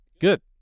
good